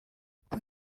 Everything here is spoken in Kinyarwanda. kuko